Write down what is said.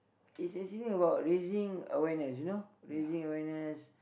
is actually about raising awareness you know raising awareness